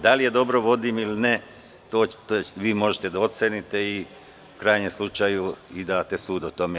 Da li je dobro vodim ili ne, vi možete da ocenite i u krajnjem slučaju, da date sud o tome.